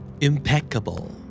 Impeccable